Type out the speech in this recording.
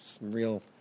real